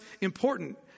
important